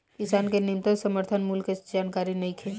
किसान के न्यूनतम समर्थन मूल्य के जानकारी नईखे